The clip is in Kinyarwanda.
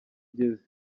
ugeze